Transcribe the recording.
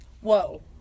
Whoa